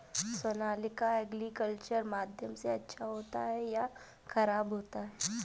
Sonalika agriculture माध्यम से अच्छा होता है या ख़राब होता है?